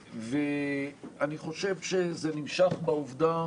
אני חושב שזה נמשך בעובדה